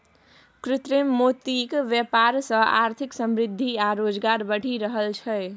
कृत्रिम मोतीक बेपार सँ आर्थिक समृद्धि आ रोजगार बढ़ि रहल छै